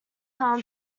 harm